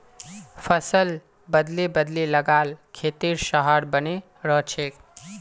फसल बदले बदले लगा ल खेतेर सहार बने रहछेक